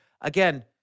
again